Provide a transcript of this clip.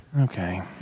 okay